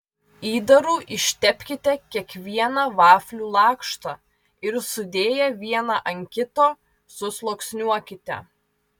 įdaru ištepkite kiekvieną vaflių lakštą ir sudėję vieną ant kito susluoksniuokite